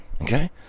okay